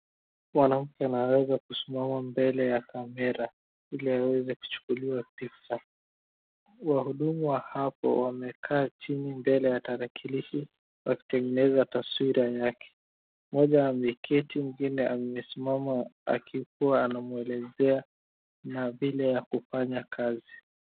Mwanamke anaweza kusimama mbele ya kamera ili aweze kuchukuliwa pikcha. Wahudumu wa hapo wamekaa chini mbele ya tarakilishi wakitengeneza taswira yake. Mmoja ameketi, mwingine amesimama akikuwa anamwelezea na vile ya kufanya kazi.